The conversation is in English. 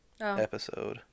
episode